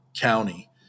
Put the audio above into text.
County